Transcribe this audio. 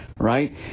right